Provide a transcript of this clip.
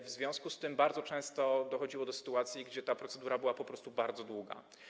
W związku z tym bardzo często dochodziło do sytuacji, że ta procedura była po prostu bardzo długa.